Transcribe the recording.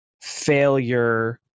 failure